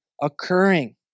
occurring